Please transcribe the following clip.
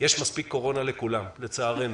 "יש מספיק קורונה לכולם", לצערנו.